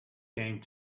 came